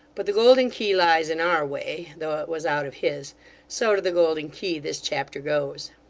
but the golden key lies in our way, though it was out of his so to the golden key this chapter goes.